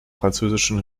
französischen